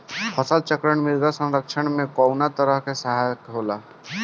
फसल चक्रण मृदा संरक्षण में कउना तरह से सहायक होला?